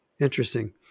Interesting